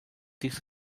this